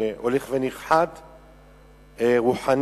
שהולך ונכחד רוחנית.